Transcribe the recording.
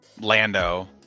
Lando